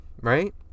Right